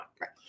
Right